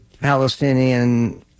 Palestinian